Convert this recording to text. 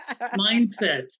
Mindset